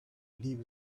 leave